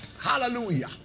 Hallelujah